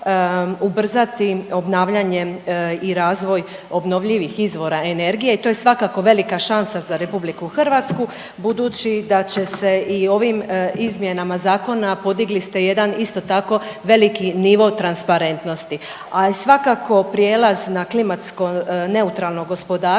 ubrzati obnavljanje i razvoj obnovljivih izvora energije i to je svakako velika šansa za RH budući da će se i ovim izmjenama zakona, podigli ste jedan isto tako veliki nivo transparentnosti, ali svakako prijelaz na klimatsko neutralno gospodarstvo